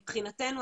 מבחינתנו,